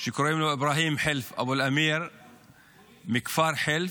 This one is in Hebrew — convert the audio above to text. שקוראים לו איברהים חלף אבו אל-אמיר מכפר חילף.